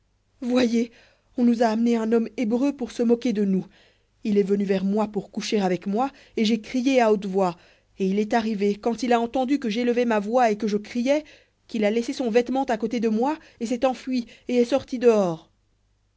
voyez on nous a amené un homme hébreu pour se moquer de nous il est venu vers moi pour coucher avec moi et j'ai crié à haute voix et il est arrivé quand il a entendu que j'élevais ma voix et que je criais qu'il a laissé son vêtement à côté de moi et s'est enfui et est sorti dehors